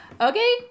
Okay